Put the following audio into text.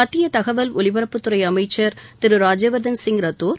மத்திய தகவல் ஒலிபரப்புத்துறை அமைச்சர் கர்னல் திரு ராஜ்யவர்தன் சிங் ரத்தோர்